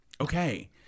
Okay